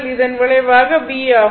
இதன் விளைவாக v ஆகும்